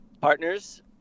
partners